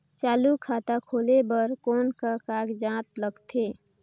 चालू खाता खोले बर कौन का कागजात लगथे?